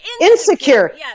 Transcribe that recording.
Insecure